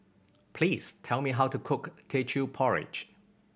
please tell me how to cook Teochew Porridge